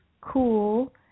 cool